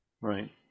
right